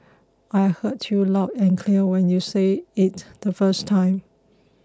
I heard you loud and clear when you said it the first time